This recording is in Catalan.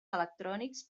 electrònics